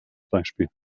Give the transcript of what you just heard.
beispiel